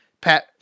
Pat